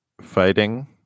fighting